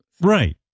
Right